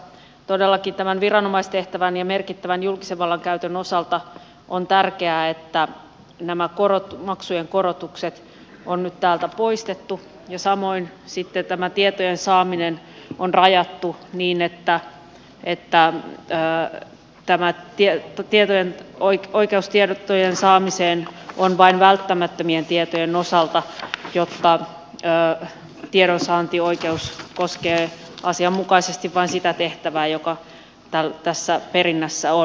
todellakin tämän viranomaistehtävän ja merkittävän julkisen vallan käytön osalta on tärkeää että nämä maksujen korotukset on nyt täältä poistettu ja samoin sitten tämä tietojen saaminen on rajattu niin että tämä oikeus tietojen saamiseen on vain välttämättömien tietojen osalta jotta tiedonsaantioikeus koskee asianmukaisesti vain sitä tehtävää joka tässä perinnässä on